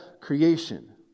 creation